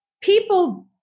people